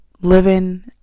living